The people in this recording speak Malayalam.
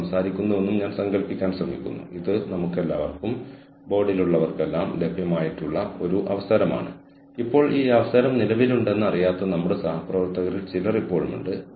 അതിനാൽ രണ്ട് വ്യത്യസ്ത സ്ഥലങ്ങളിൽ രണ്ട് കറങ്ങുന്ന ഡ്രമ്മുകൾ അതായത് രണ്ട് പ്രത്യേക പ്ലഗുകൾ ആവശ്യമായ രണ്ട് വ്യത്യസ്ത മെഷീനുകൾക്ക് പകരം ആരോ ചില പുതുമകൾ കൊണ്ടുവന്നു രണ്ട് ഡ്രമ്മുകളും ഒരേ ഫ്രെയിമിൽ വയ്ക്കാൻ തീരുമാനിച്ചു ഒരേ പ്ലഗ് ഉണ്ടായിരിക്കണം